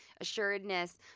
assuredness